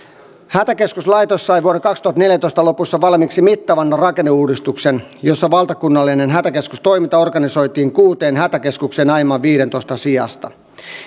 hätäkeskuslaitos sai vuoden kaksituhattaneljätoista lopussa valmiiksi mittavan rakenneuudistuksen jossa valtakunnallinen hätäkeskustoiminta organisoitiin kuuteen hätäkeskukseen aiemman viidentoista sijasta